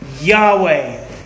yahweh